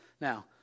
Now